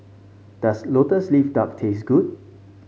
does lotus leaf duck taste good